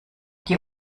die